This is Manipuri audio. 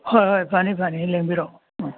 ꯍꯣꯏ ꯍꯣꯏ ꯐꯅꯤ ꯐꯅꯤ ꯂꯦꯡꯕꯤꯔꯛꯑꯣ ꯑꯥ